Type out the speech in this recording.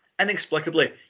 Inexplicably